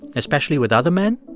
especially with other men,